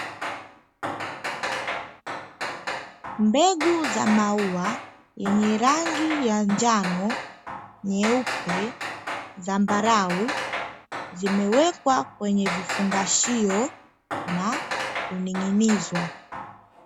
Mbegu za maua yenye rangi ya njano nyeupe zambarau zimewekwa kwenye kifungashio na kuning'inizwa